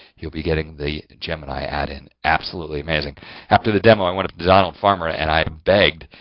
you'll be getting the gemini add-in, absolutely amazing after the demo. i went to donald farmer, and i begged.